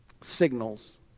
signals